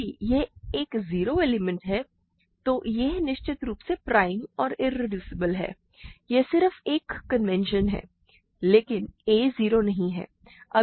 यदि यह एक 0 एलिमेंट है तो यह निश्चित रूप से प्राइम और इरेड्यूसिबल है यह सिर्फ एक कन्वेंशन है लेकिन a 0 नहीं है